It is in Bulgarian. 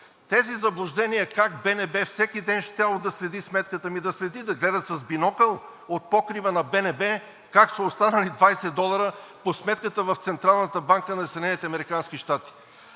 Тези заблуждения как БНБ всеки ден щяла да следи сметката. Ами да я следи, да гледа с бинокъл от покрива на БНБ как са останали 20 долара по сметката в Централната банка на САЩ.